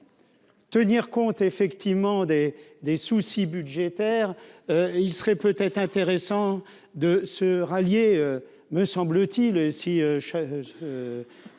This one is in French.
tenir compte effectivement des des soucis budgétaires, il serait peut-être intéressant de se rallier, me semble-t-il et